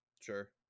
Sure